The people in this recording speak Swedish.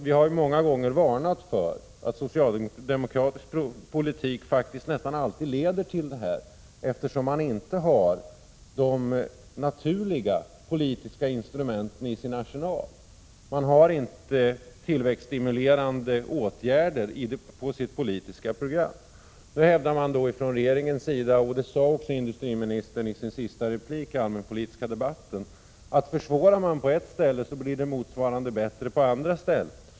Vi har många gånger varnat för att socialdemokratisk politik faktiskt nästan alltid får sådana här konsekvenser. De naturliga politiska instrumenten ingår nämligen inte i socialdemokraternas arsenal. Man har inte tillväxtstimulerande åtgärder på sitt politiska program. Nu hävdar man från regeringens sida, och det sade också industriministern i sin sista replik i den allmänpolitiska debatten, att en försämring på ett ställe motsvaras av en förbättring på ett annat ställe.